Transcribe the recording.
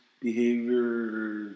behavior